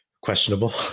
questionable